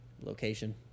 location